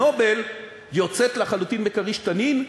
נובל יוצאת לחלוטין מ"כריש" "תנין"